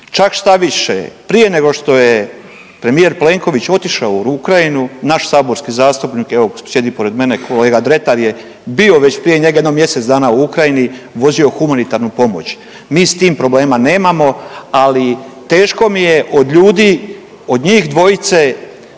čak štaviše, prije nego što je premijer Plenković otišao u Ukrajinu, naš saborski zastupnik, evo, sjedi pored mene kolega Dretar je bio već prije njega jedno mjesec dana u Ukrajini, vozio humanitarnu pomoć. Mi s tim problema nemamo, ali teško mi je od ljudi, od njih dvojice